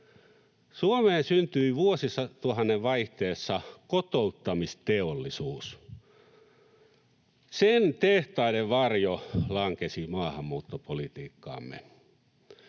Suomeen syntyi vuosituhannen vaihteessa kotouttamisteollisuus. Sen tehtaiden varjo lankesi maahanmuuttopolitiikkaamme.